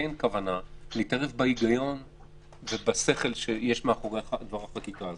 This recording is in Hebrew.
כוונה להתערב בהיגיון ובשכל הישר שמאחורי דבר החקיקה הזה.